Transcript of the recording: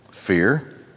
Fear